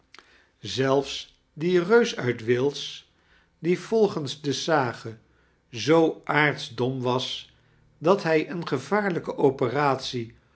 zelfs die reus uit wales die volgens de sage zoo aartsdom was dat hij eem gevaarlijke operatie